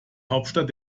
hauptstadt